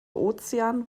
ozean